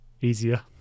easier